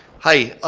hi.